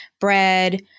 bread